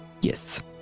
Yes